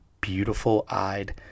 beautiful-eyed